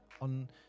on